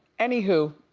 any who.